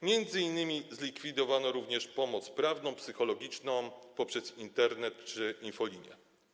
Między innymi zlikwidowano również pomoc prawną, psychologiczną udzielaną poprzez Internet czy infolinię.